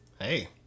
Hey